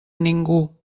ningú